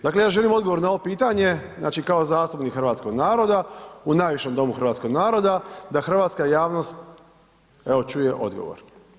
Dakle, ja želim odgovor na ovo pitanje, znači kao zastupnik hrvatskog naroda u najvišem domu hrvatskog naroda da hrvatska javnost evo čuje odgovor.